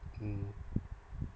mm